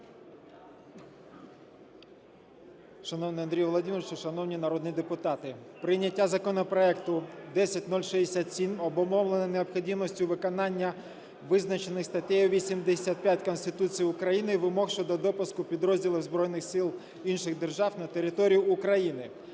Шановний Андрію Володимировичу, шановні народні депутати, прийняття законопроекту 10067 обумовлено необхідністю виконання визначених статтею 85 Конституції України вимог щодо допуску підрозділів збройних сил інших держав на територію України.